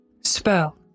spell